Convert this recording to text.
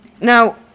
Now